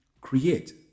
create